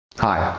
hi,